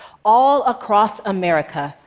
all across america,